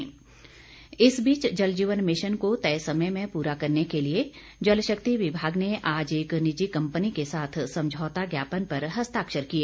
समझौता इस बीच जल जीवन मिशन को तय समय में पूरा करने के लिए जल शक्ति विभाग ने आज एक निजी कंपनी के साथ समझौता ज्ञापन पर हस्ताक्षर किए